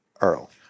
Earl